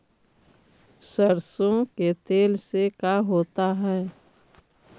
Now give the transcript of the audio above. सरसों के तेल से का होता है?